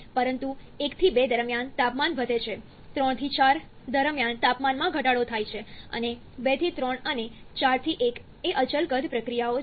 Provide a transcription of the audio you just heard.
પરંતુ 1 થી 2 દરમિયાન તાપમાન વધે છે 3 થી 4 દરમિયાન તાપમાનમાં ઘટાડો થાય છે અને 2 થી 3 અને 4 થી 1 એ અચલ કદ પ્રક્રિયાઓ છે